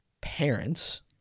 parents